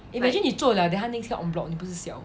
imagine 你做了 then 他 next year en bloc 你不是 siao